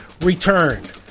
returned